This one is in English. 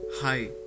Hi